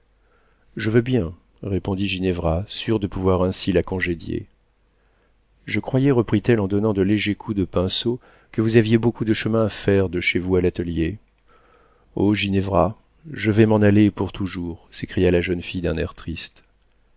je veux bien répondit ginevra sûre de pouvoir ainsi la congédier je croyais reprit-elle en donnant de légers coups de pinceau que vous aviez beaucoup de chemin à faire de chez vous à l'atelier oh ginevra je vais m'en aller et pour toujours s'écria la jeune fille d'un air triste